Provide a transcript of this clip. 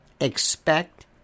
expect